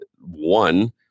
One